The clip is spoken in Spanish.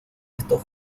estos